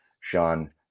Sean